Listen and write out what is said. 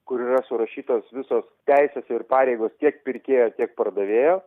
kur yra surašytos visos teisės ir pareigos tiek pirkėjo tiek pardavėjo